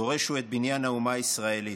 דורש הוא את בניין האומה הישראלית.